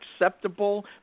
acceptable